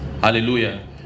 Hallelujah